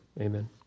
amen